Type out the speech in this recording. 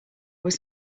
was